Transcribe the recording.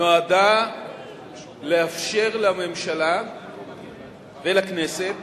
נועדה לאפשר לממשלה ולכנסת